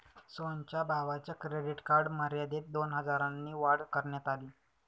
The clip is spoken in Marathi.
सोहनच्या भावाच्या क्रेडिट कार्ड मर्यादेत दोन हजारांनी वाढ करण्यात आली